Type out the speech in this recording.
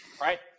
right